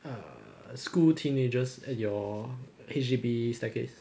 err school teenagers at your H_D_B staircase